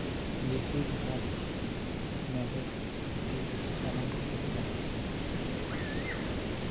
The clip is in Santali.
ᱵᱤᱥᱤᱨ ᱵᱷᱟᱜᱽ ᱢᱮᱬᱦᱮᱫ ᱥᱴᱤᱞ ᱮᱢᱟᱱ ᱠᱚᱛᱮ ᱜᱮ ᱵᱮᱱᱟᱜᱼᱟ